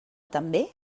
també